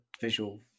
visual